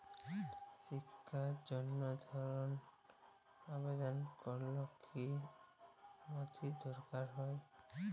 শিক্ষার জন্য ধনের আবেদন করলে কী নথি দরকার হয়?